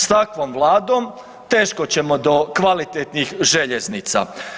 S takvom vladom teško ćemo do kvalitetnih željeznica.